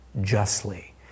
justly